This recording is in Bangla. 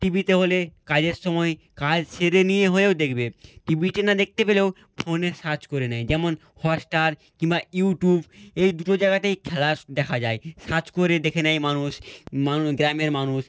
টি ভিতে হলে কাজের সময় কাজ সেরে নিয়ে হয়েও দেখবে টি ভিতে না দেখতে পেলেও ফোনে সার্চ করে নেয় যেমন হটস্টার কিংবা ইউটিউব এই দুটো জায়গাতেই খেলা দেখা যায় সার্চ করে দেখে নেয় মানুষ মানুষ গ্রামের মানুষ